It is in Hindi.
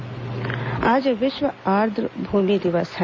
आर्द्र भूमि दिवस आज विश्व आई्र भूमि दिवस है